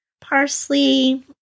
parsley